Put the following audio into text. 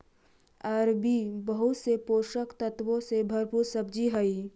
अरबी बहुत से पोषक तत्वों से भरपूर सब्जी हई